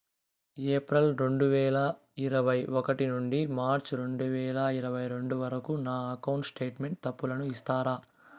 April రెండు వేల ఇరవై ఒకటి నుండి మార్చ్ రెండు వేల ఇరవై రెండు వరకు నా అకౌంట్ స్టేట్మెంట్ తప్పులను నాకు ఇస్తారా?